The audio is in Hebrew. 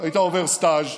היית עובר סטאז',